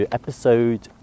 episode